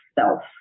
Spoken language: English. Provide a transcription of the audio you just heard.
self